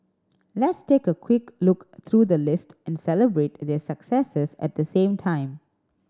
let's take a quick look through the list and celebrate their successes at the same time